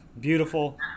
Beautiful